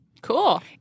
Cool